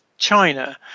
China